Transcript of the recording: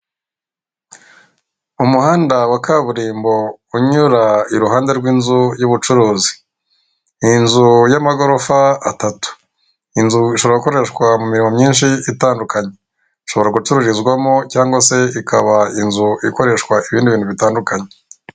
Umuhanda wa kaburimbo unyura iruhande rw'inzu y'ubucuruzi, ni inzu y'amagorofa atatu inzu ishobora gukoreshwa mu mirimo myinshi itandukanye, ishobora gucururizwamo cyangwa se ikaba inzu ikoreshwa ibindi bintu bitandukanye.